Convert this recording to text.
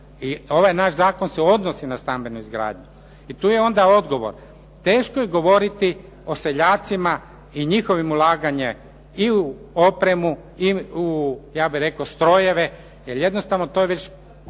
ovaj naš zakon se odnosi na stambenu izgradnju i tu je onda odgovor. Teško je govoriti o seljacima i njihovim ulaganjem i u opremu i u, ja bih rekao strojeve, jer jednostavno to je već